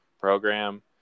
program